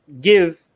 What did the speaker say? give